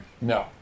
No